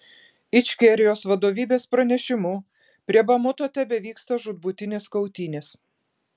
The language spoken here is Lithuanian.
ičkerijos vadovybės pranešimu prie bamuto tebevyksta žūtbūtinės kautynės